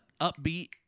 upbeat